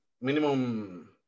minimum